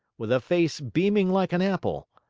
with a face beaming like an apple,